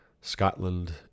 Scotland